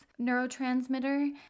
neurotransmitter